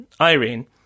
Irene